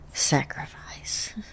sacrifice